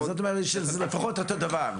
זאת אומרת שזה לפחות אותו דבר.